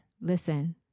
Listen